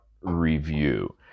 review